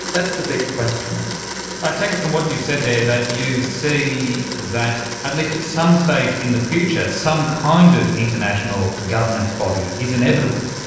that's the big question mark. i take it from what you've said there that you see that at least at some stage in the future some kind of international governance body is inevitable.